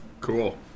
Cool